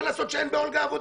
מה לעשות שעכשיו אין